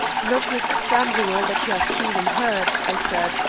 notwithstanding all that you have seen and heard, i said,